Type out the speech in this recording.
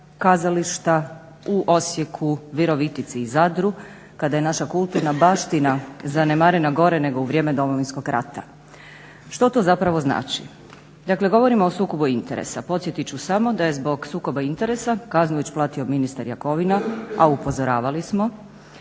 kazališta u Osijeku, Virovitici i Zadru, kada je naša kulturna baština zanemarena gore nego u vrijeme Domovinskog rata. Što to zapravo znači? Dakle, govorimo o sukobu interesa. Podsjetit ću samo da je zbog sukoba interesa kaznu već platio ministar Jakovina a upozoravali smo,